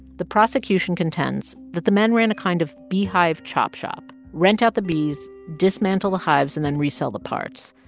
the prosecution contends that the men ran a kind of beehive chop shop rent out the bees, dismantle the hives and then resell the parts.